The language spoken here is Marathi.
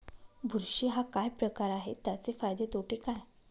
बुरशी हा काय प्रकार आहे, त्याचे फायदे तोटे काय?